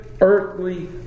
earthly